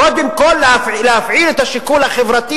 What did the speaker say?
קודם כול להפעיל את השיקול החברתי